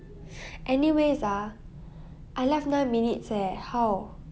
anyways ah I left nine minutes eh how